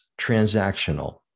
transactional